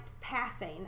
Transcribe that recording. passing